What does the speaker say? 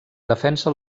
defensa